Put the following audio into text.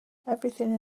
everything